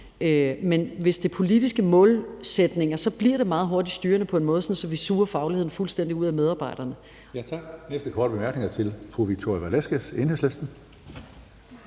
Hvis det er politiske målsætninger, bliver det meget hurtigt styrende på en måde, så vi suger fagligheden fuldstændig ud af medarbejderne.